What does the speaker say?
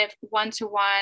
one-to-one